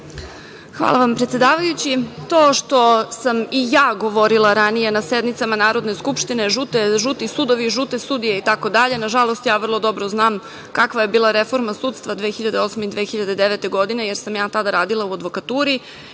Hvala vam, predsedavajući. To što sam i ja govorila ranije na sednicama Narodne skupštine – žuti sudovi, žute sudije itd, nažalost, ja jako dobro znam kakva je bila reforma sudstva 2008. i 2009. godine, jer sam ja tada radila u advokaturi.